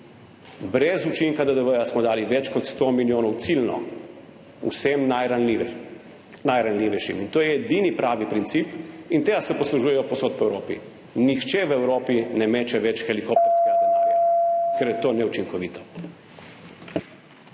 Brez učinka DDV smo dali več kot 100 milijonov ciljno vsem najranljivejši. To je edini pravi princip in tega se poslužujejo povsod po Evropi. Nihče v Evropi ne meče več helikopterskega denarja, ker je to neučinkovito.